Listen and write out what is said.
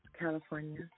California